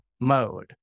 mode